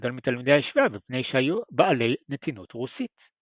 גדול מתלמידי הישיבה מפני שהיו בעלי נתינות רוסית.